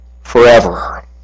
forever